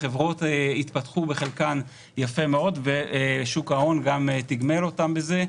החברות התפתחו בחלקן יפה מאוד ושוק ההון גם תגמל אותן בזה.